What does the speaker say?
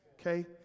Okay